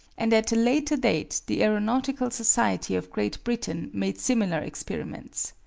and at a later date the aeronautical society of great britain made similar experiments.